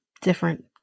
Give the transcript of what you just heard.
different